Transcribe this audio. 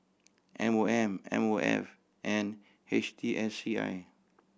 M O M M O F and H T S C I